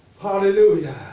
Hallelujah